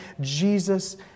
Jesus